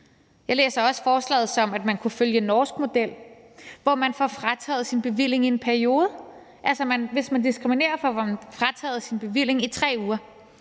Jeg læser også forslaget sådan, at man kunne følge en norsk model, hvor man får frataget sin bevilling i en periode, altså at hvis man diskriminerer, får man frataget sin bevilling i 3 uger.